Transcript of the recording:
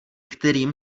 kterým